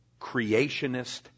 creationist